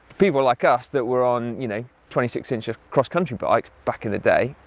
people like us that were on you know twenty six inch of cross-country bikes, back in the day,